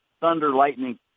Thunder-Lightning